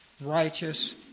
righteous